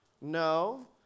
no